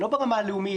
זה לא ברמה הלאומית,